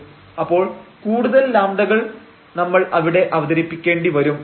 അപ്പോൾ കൂടുതൽ λ കൾ നമ്മൾ അവിടെ അവതരിപ്പിക്കേണ്ടി വരും